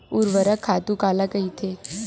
ऊर्वरक खातु काला कहिथे?